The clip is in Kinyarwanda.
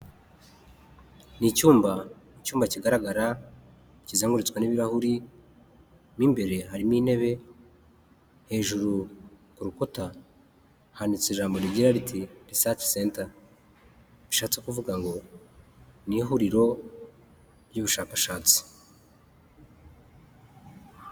Ni icyumba mu cyumba kigaragara kizengurutswe n'ibirahuri mo imbere harimo intebe hejuru ku rukuta handitse ijambo rigira riti risacisenta bishatse kuvuga ngo ni ihuriro ry'ubushakashatsi.